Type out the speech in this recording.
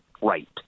right